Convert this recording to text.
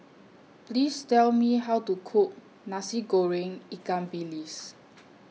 Please Tell Me How to Cook Nasi Goreng Ikan Bilis